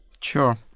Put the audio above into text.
Sure